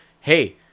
hey